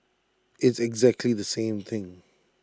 it's exactly the same thing